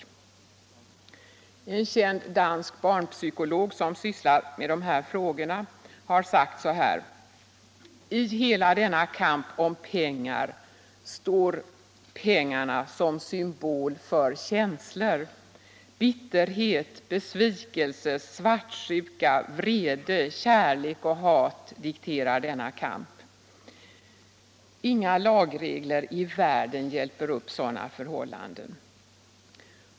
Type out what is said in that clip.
En känd dansk barnpsykiater som sysslar med frågor som hör hit har sagt: ”I hela denna kamp om pengar står pengarna som symbol för känslor. Bitterhet, besvikelse, svartsjuka, vrede, kärlek och hat dikterar denna kamp.” Inga lagregler i världen hjälper upp sådana förhållanden.